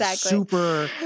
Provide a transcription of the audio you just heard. super